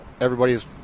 everybody's